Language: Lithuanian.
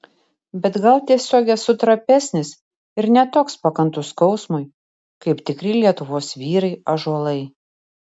bet gal tiesiog esu trapesnis ir ne toks pakantus skausmui kaip tikri lietuvos vyrai ąžuolai